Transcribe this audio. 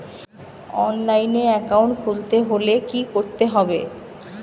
অনলাইনে একাউন্ট খুলতে হলে কি করতে হবে?